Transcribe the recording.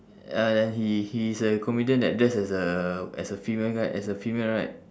ah he he's a comedian that dress as a as a female guy as a female right